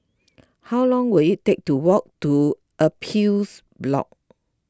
how long will it take to walk to Appeals Board